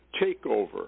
takeover